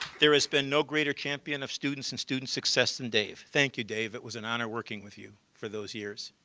there has been no greater champion of students and student success than dave. thank you, dave. it was an honor working with you for those years.